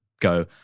Go